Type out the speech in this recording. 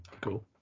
Cool